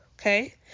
Okay